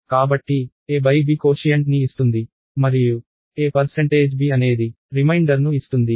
కాబట్టి a by b quotient ని ఇస్తుంది మరియు a పర్సెంటేజ్ b అనేది రిమైండర్ను ఇస్తుంది